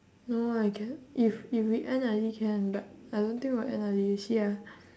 don't know whether I can if if we end early can but I don't think we'll end early you see ah